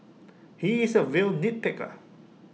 he is A real nitpicker